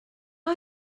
are